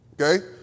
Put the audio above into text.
okay